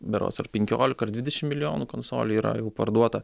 berods ar penkiolika ar dvidešim milijonų konsolių yra jau parduota